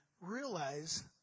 realize